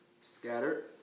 scattered